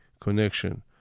connection